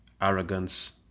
arrogance